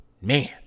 man